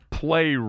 play